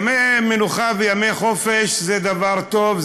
ימי מנוחה וימי חופש זה דבר טוב,